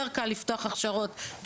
יותר קל לפתוח הכשרות,